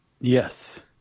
Yes